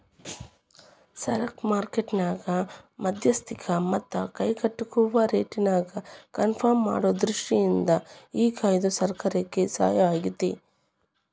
ಸರಕ ಮಾರ್ಕೆಟ್ ನ್ಯಾಗ ಮಧ್ಯಸ್ತಿಕಿ ಮತ್ತ ಕೈಗೆಟುಕುವ ರೇಟ್ನ್ಯಾಗ ಕನ್ಪರ್ಮ್ ಮಾಡೊ ದೃಷ್ಟಿಯಿಂದ ಈ ಕಾಯ್ದೆ ಸರ್ಕಾರಕ್ಕೆ ಸಹಾಯಾಗೇತಿ